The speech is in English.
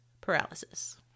paralysis